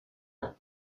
said